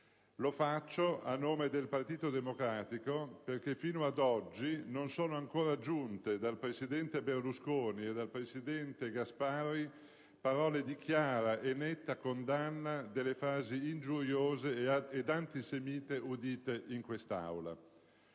Lo faccio a nome del Partito Democratico perché, fino ad oggi, non sono ancora giunte dal presidente Berlusconi e dal presidente Gasparri parole di chiara e netta condanna delle frasi ingiuriose e antisemite udite in quest'Aula.